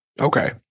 Okay